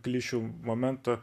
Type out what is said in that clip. klišių momentą